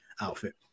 outfit